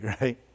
right